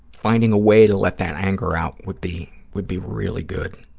finding a way to let that anger out would be would be really good,